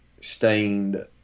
stained